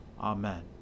Amen